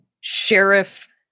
sheriff